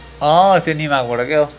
अँ त्यो निमाकोबाट के हो